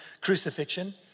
crucifixion